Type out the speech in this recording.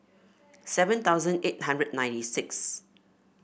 seven thousand eight hundred and ninety six